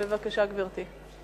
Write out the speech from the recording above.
בבקשה, גברתי.